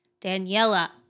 Daniela